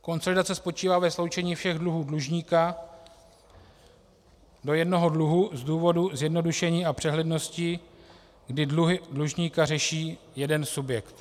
Konsolidace spočívá ve sloučení všech dluhů dlužníka do jednoho dluhu z důvodu zjednodušení a přehlednosti, kdy dluhy dlužníka řeší jeden subjekt.